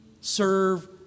serve